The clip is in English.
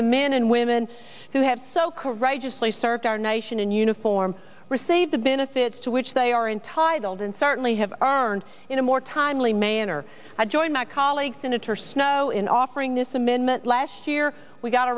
the men and women who have so courageously served our nation in uniform receive the benefits to which they are entitled and certainly have armed in a more timely manner i join my colleague senator snowe in offering this amendment last year we got